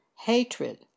hatred